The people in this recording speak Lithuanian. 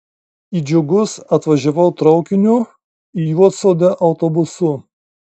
į džiugus atvažiavau traukiniu į juodsodę autobusu